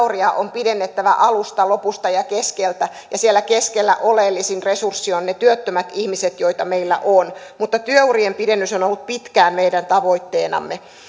työuria on pidennettävä alusta lopusta ja ja keskeltä ja siellä keskellä oleellisin resurssi ovat ne työttömät ihmiset joita meillä on mutta työurien pidennys on on ollut pitkään meidän tavoitteenamme